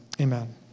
Amen